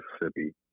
Mississippi